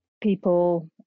people